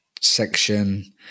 section